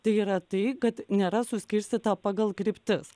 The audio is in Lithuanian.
tai yra tai kad nėra suskirstyta pagal kryptis